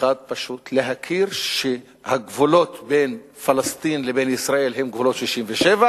אחד פשוט: להכיר שהגבולות בין פלסטין לבין ישראל הם גבולות 67',